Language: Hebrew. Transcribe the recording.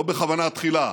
לא בכוונה תחילה,